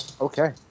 Okay